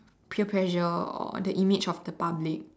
peer pressure or the image of the public